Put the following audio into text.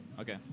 Okay